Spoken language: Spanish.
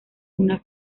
una